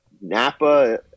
Napa